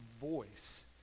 voice